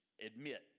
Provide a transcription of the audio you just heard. admit